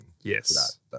Yes